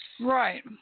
Right